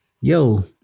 Yo